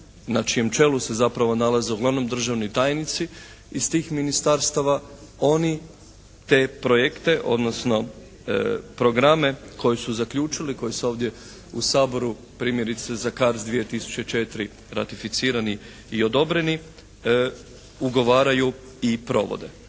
na čijem čelu se zapravo nalaze uglavnom državni tajnici iz tih ministarstava, oni te projekte, odnosno programe koje su zaključili, koji se ovdje u Saboru primjerice za CARDS 2004. ratificirani i odobreni, ugovaraju i provode.